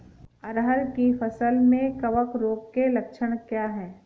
अरहर की फसल में कवक रोग के लक्षण क्या है?